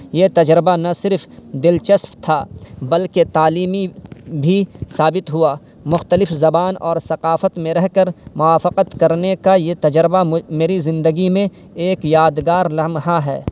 یہ تجربہ نہ صرف دلچسپ تھا بلکہ تعلیمی بھی ثابت ہوا مختلف زبان اور ثقافت میں رہ کر موافقت کرنے کا یہ تجربہ میری زندگی میں ایک یادگار لمحہ ہے